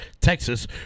Texas